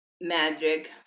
magic